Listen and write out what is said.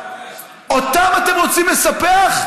אותם אתם רוצים לספח?